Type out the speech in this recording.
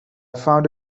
found